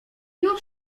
już